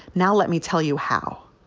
now, let me tell you how.